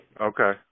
Okay